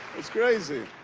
it's crazy.